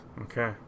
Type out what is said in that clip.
Okay